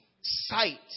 Sight